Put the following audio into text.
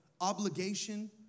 obligation